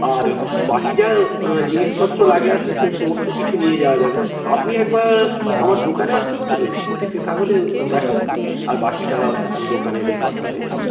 আর বাকি যা জিনিসপত্র লাগে আসে সে সমস্ত কিছু নিয়ে যাওয়া যাবে আপনি একবার আমার দোকানে আসতে পারবেন এসে তাহলে দেখা করুন আর বাকিটা দোকানে এলেই কথা হয়ে যাবে